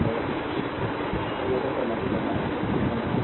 क्योंकि यह इस करंट में प्रवेश कर रहा है यह टर्मिनल है